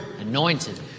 anointed